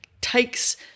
Takes